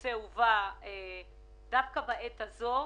שהנושא הובא דווקא בעת הזו.